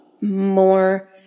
more